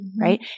Right